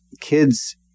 kids